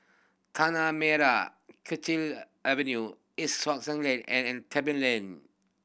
Tanah Merah Kechil Avenue East Sussex Lane and an Tebing Lane